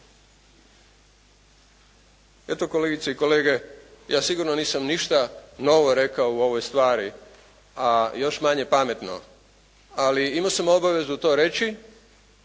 Eto kolegice i kolege, ja sigurno nisam ništa novo rekao u ovoj stvari, a još manje pametno, ali imao sam obavezu to reći,